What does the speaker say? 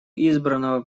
избранного